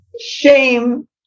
Shame